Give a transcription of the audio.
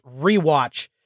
Rewatch